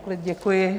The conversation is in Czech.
Děkuji.